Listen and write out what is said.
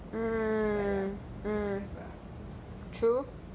mm true